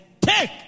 take